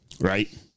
right